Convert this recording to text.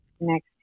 next